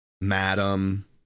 madam